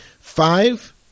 Five